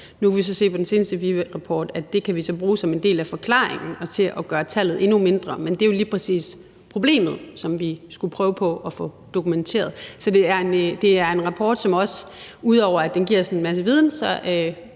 Nu kan vi så se på den seneste VIVE-rapport, at vi kan bruge det som en del af forklaringen og til at gøre tallet endnu mindre, men det er jo lige præcis problemet, som vi skulle prøve på at få dokumenteret. Så det er en rapport, som – ud over at den giver os en masse viden –